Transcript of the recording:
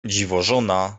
dziwożona